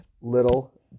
little